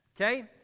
Okay